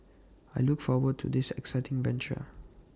I look forward to this exciting venture